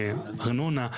ארנונה,